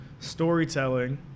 Storytelling